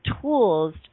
tools